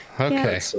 Okay